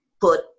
put